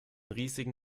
riesigen